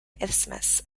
isthmus